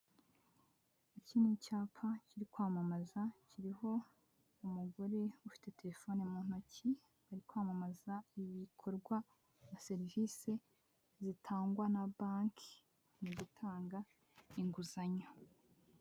Iki ni icyapa kiri kwamamaza, kiriho umugore ufite telefoni mu ntoki, ari kwamamaza ibikorwa na serivisi zitangwa na banki mu gutanga inguzanyo.